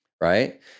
right